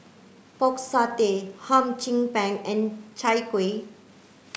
pork satay Hum Chim Peng and Chai Kuih